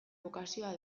bokazioa